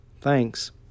Thanks